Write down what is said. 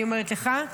אני אומרת לך,